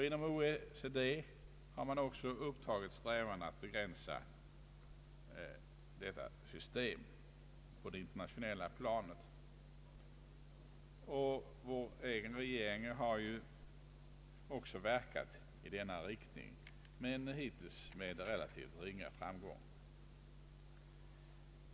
Inom OECD har man också upptagit strävandena att begränsa detta system på det internationella planet, och vår egen regering har också verkat i denna riktning men hittills med relativt ringa framgång.